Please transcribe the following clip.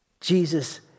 Jesus